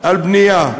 על בנייה.